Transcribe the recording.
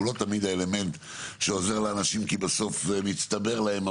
הוא לא תמיד האלמנט שעוזר לאנשים כי בסוף מצטבר להם,